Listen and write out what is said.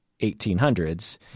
1800s